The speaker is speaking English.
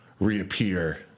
reappear